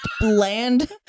bland